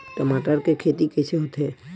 टमाटर के खेती कइसे होथे?